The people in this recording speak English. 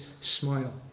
smile